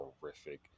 horrific